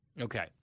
Okay